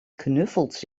knuffels